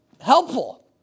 helpful